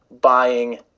buying